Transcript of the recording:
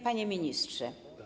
Panie Ministrze!